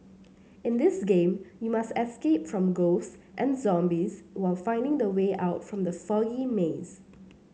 in this game you must escape from ghosts and zombies while finding the way out from the foggy maze